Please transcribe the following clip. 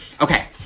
okay